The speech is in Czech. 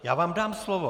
Já vám dám slovo.